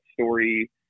story